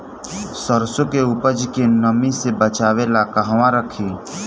सरसों के उपज के नमी से बचावे ला कहवा रखी?